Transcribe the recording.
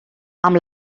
amb